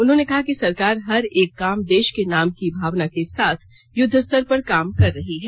उन्होंने कहा कि सरकार हर एक काम देश के नाम की भावना के साथ युद्ध स्तर पर काम कर रही है